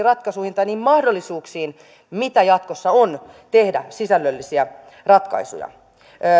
ratkaisuihin tai niihin mahdollisuuksiin mitä jatkossa on tehdä sisällöllisiä ratkaisuja